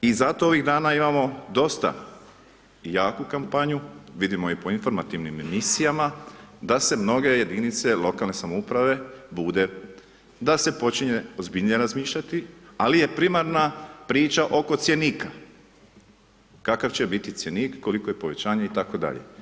I zato ovih dana imamo dosta, jaku kampanju, vidimo i po informativnim emisijama, da se mnoge jedinice lokalne samouprave bude, da se počinje ozbiljnije razmišljati, ali je primarna priča oko cjenika, kakav će biti cjenik, koliko je povećanje itd.